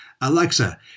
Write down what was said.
Alexa